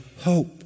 hope